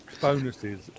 bonuses